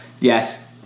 yes